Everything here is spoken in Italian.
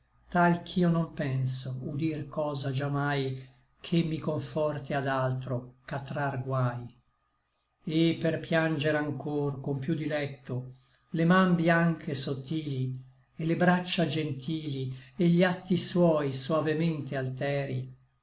tal ch'io non penso udir cosa già mai che mi conforte ad altro ch'a trar guai et per pianger anchor con piú diletto le man bianche sottili et le braccia gentili et gli atti suoi soavemente alteri